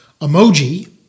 emoji